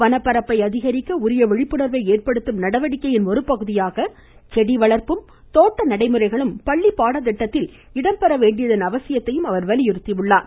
வனப்பரப்பை அதிகரிக்க உரிய விழிப்புணர்வை ஏற்படுத்தும் நடவடிக்கையின் ஒருபகுதியாக ச செடி வளர்ப்பும் தோட்ட நடைமுறைகளும் பள்ளி பாடத்திட்டத்தில் இடம்பெற வேண்டியதன் அவசியத்தை அவர் வலியுறுத்தினார்